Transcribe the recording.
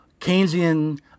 Keynesian